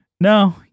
no